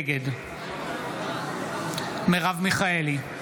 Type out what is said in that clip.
נגד מרב מיכאלי,